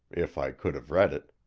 if i could have read it